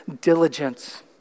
diligence